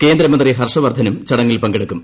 കേന്ദ്രമന്ത്രി ഹർഷവർദ്ധനും ചടങ്ങിൽ പങ്കെടുക്കും